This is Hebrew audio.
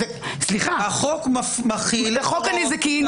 חוק מחיל פקודת הנזיקין.